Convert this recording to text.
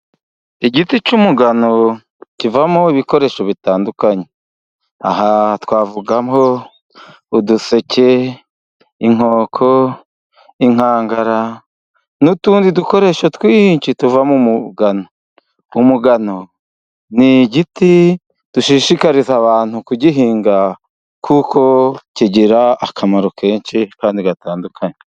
Igiti cy'umugano kivamo ibikoresho bitandukanye aha twavugamo: uduseke. inkoko, inkangara, n'utundi dukoresho tw'inshi tuva mu mugano. Umugano ni igiti dushishikariza abantu kugihinga kuko kigira akamaro kenshi kandi gatandukanye.